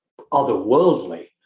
otherworldly